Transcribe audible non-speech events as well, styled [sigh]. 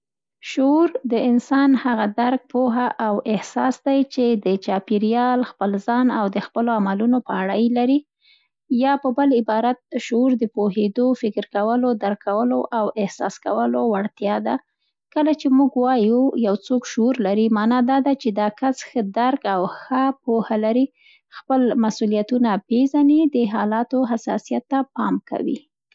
شعور د انسان هغه درک، پوهه او احساس دی، چي د چاپېریال، خپل ځان او د خپلو عملونو په اړه یې لري. [noise] یا په بل عبارت، شعور د پوهېدو، فکر کولو، درک کولو او احساس کولو وړتیا ده. کله چي موږ وایو یو څوک "شعور لري"، مانا، دا ده چي، دا کس ښه درک او ښه پوه لري، خپل مسولیتونه پیزني، د حالاتو حساسیت ته پام کوي.